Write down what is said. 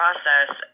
Process